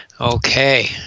Okay